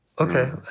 okay